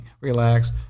relax